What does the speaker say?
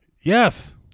Yes